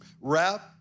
wrap